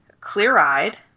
clear-eyed